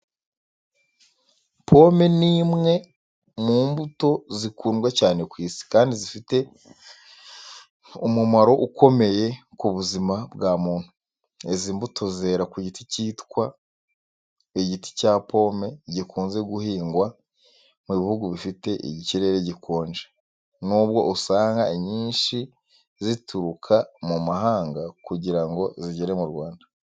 Pome ni imwe mu mbuto zikundwa cyane ku isi, kandi zifite umumaro ukomeye ku buzima bwa muntu. Izi mbuto zera ku giti kitwa igiti cya pome gikunze guhingwa mu bihugu bifite ikirere gikonje. Nubwo usanga inyinshi zituruka mu mahanga kugira ngo zigere mu Rwanda.